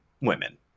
women